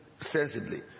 sensibly